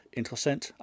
interessant